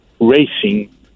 racing